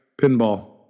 pinball